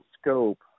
scope